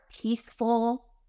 peaceful